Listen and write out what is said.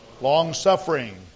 Long-suffering